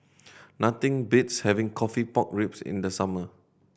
nothing beats having coffee pork ribs in the summer